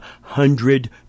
hundred